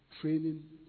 Training